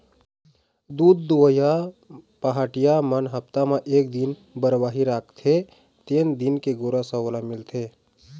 दूद दुहइया पहाटिया मन हप्ता म एक दिन बरवाही राखते तेने दिन के गोरस ह ओला मिलथे